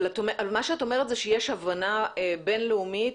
אבל את אומרת שיש הבנה בין-לאומית,